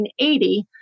1980